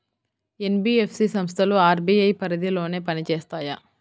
NBFC సంస్థలు RBI పరిధిలోనే పని చేస్తాయా?